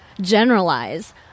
generalize